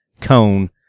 Cone